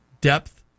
depth